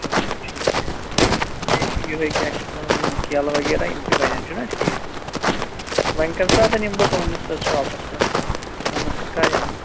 اَچھا اَچھا ٹھیٖک تہٕ بیٚیہِ چھِ یِہَے کیٛاہ چھِ اَتھ وَنان یِم کیلہٕ وغیرہ یِم تہِ بنَن چھُنا ٹھیٖک وۅنۍ کَمہِ ساتہٕ یِمہٕ بہٕ تُہٕنٛدِس اَتھ شاپَس پٮ۪ٹھ دُکانَس پٮ۪ٹھ کَر یِمہٕ بہٕ